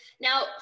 now